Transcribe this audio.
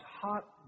hot